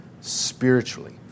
spiritually